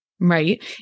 right